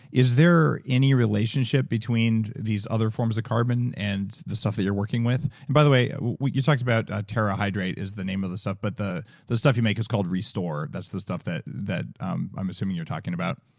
is there any relationship between these other forms of carbon and the stuff that you're working with? by the way, you talked about terrahydrite is the name of the stuff but the the stuff you make is called restore. that's the stuff that that um i'm assuming you're talking about.